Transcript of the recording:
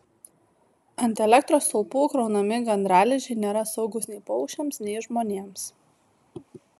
ant elektros stulpų kraunami gandralizdžiai nėra saugūs nei paukščiams nei žmonėms